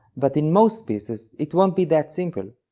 but in most pieces it won't be that simple,